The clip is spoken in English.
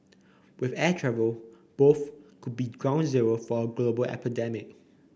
with air travel both could be ground zero for a global epidemic